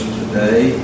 today